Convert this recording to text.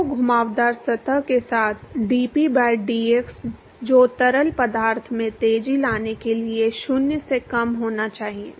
तो घुमावदार सतह के साथ dp बाय dx जो तरल पदार्थ में तेजी लाने के लिए 0 से कम होना चाहिए